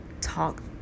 talk